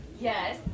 Yes